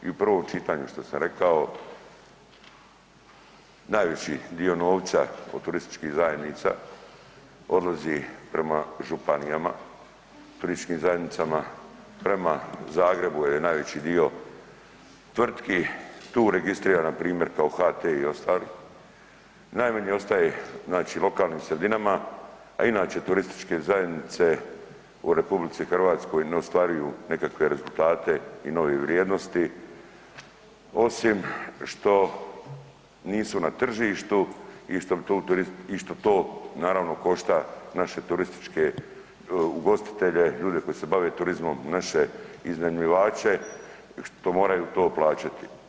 Kao i u prvom čitanju što sam rekao, najveći dio novca od turističkih zajednica odlazi prema županijama, turističkim zajednicama, prema Zagrebu je najveći dio tvrtki tu registrirano npr. kao HT i ostali, najmanje ostaje znači lokalnim sredinama, a inače turističke zajednice u RH ne ostvaruju nekakve rezultate i nove vrijednosti osim što nisu na tržištu i što to naravno košta naše turističke ugostitelje, ljude koji se bave turizmom, naše iznajmljivače što moraju to plaćati.